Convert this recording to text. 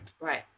Right